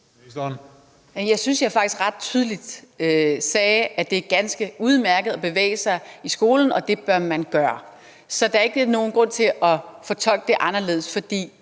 Jeg synes, at jeg faktisk ret tydeligt sagde, at det er ganske udmærket at bevæge sig i skolen, og det bør man gøre. Så der er ikke nogen grund til at fortolke det anderledes, for